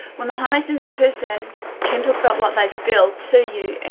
when the highly sensitive person can talk about what they feel to you, and